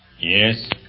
Yes